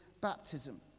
baptism